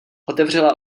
otevřela